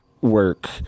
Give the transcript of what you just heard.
work